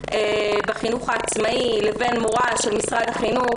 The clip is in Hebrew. בחינוך העצמאי לבין מורה של משרד החינוך